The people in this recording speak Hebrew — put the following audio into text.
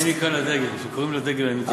אני נקרא לדגל, וכשקוראים לי לדגל אני מתייצב.